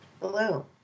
Hello